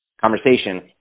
conversation